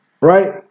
Right